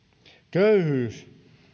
köyhyys